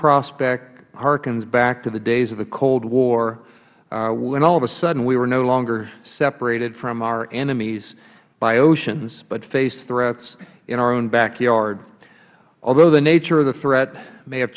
prospect harkens back to the days of the cold war when all of a sudden we were no longer separated from our enemies by oceans but faced threats in our own backyards although the nature of the threat may have